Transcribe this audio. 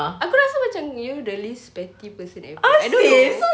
aku rasa macam you're the least petty person ever